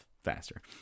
faster